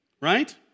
right